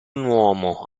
uomo